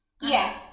Yes